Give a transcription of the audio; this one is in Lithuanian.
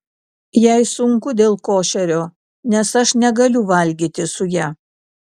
jai sunku dėl košerio nes aš negaliu valgyti su ja